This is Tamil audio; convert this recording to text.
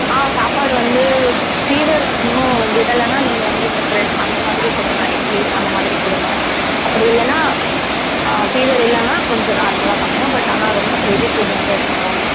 ஆ சாப்பாடு வந்து ஃபீவர் இன்னும் விடலைன்னா நீங்கள் வந்து இந்த ப்ரெட் அந்த மாதிரி கொடுங்க இட்லீஸ் அந்த மாதிரி கொடுங்க அப்படி இல்லைன்னா ஃபீவர் இல்லைன்னா கொஞ்சம் நார்மலாக பண்ணுங்கள் பட் ஆனால் ரொம்ப ஹெவி ஃபுட்டு வந்து எடுத்துக்க வேண்டாம்